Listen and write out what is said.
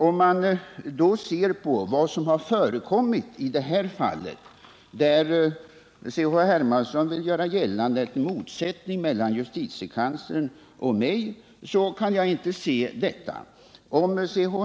Om man då ser på vad som har förekommit i just detta fall, i fråga om vilket C.-H. Hermansson vill göra gällande att det råder en motsättning mellan JK och mig, kan jag inte se att en sådan föreligger. Om C.-H.